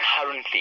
currently